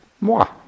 Moi